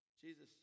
Jesus